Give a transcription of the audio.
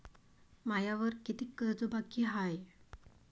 मायावर कितीक कर्ज बाकी हाय?